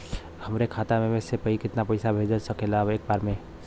हमरे खाता में से कितना पईसा भेज सकेला एक बार में?